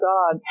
God